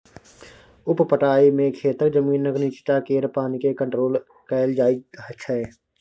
उप पटाइ मे खेतक जमीनक नीच्चाँ केर पानि केँ कंट्रोल कएल जाइत छै